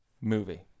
movie